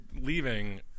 leaving